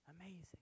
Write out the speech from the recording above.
Amazing